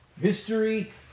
history